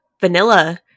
vanilla